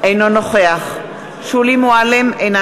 אינו נוכח שולי מועלם-רפאלי,